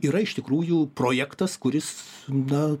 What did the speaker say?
yra iš tikrųjų projektas kuris na